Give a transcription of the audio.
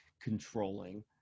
controlling